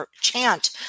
Chant